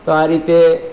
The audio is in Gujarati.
તો આ રીતે